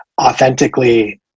authentically